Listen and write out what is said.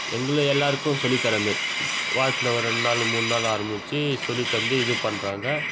எங்கள் எல்லோருக்கும் சொல்லித்தர்ற மாரி வாரத்தில் ஒரு ரெண்டு நாள் மூணு நாள் ஆரம்பித்து சொல்லித்தந்து இது பண்ணுறாங்க